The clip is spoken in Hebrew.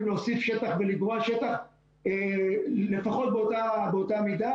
להוסיף שטח ולגרוע שטח לפחות באותה מידה,